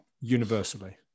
Universally